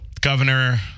governor